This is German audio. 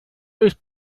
ist